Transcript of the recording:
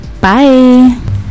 Bye